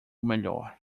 melhor